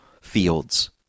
fields